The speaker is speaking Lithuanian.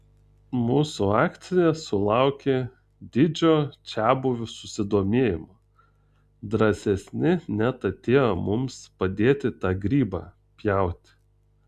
mūsų akcija sulaukė didžio čiabuvių susidomėjimo drąsesni net atėjo mums padėti tą grybą pjauti